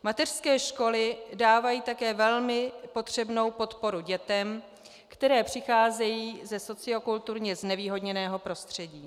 Mateřské školy dávají také velmi potřebnou podporu dětem, které přicházejí ze sociokulturně znevýhodněného prostředí.